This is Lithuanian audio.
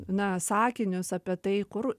na sakinius apie tai kur